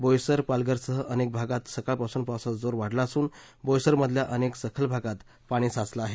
बोईसर पालघरसह अनेक भागांत सकाळपासून पावसाचा जोर वाढला असून बोईसरमधल्या अनेक सखल भागात पाणी साचलं आहे